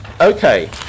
Okay